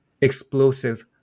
explosive